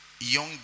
young